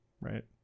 right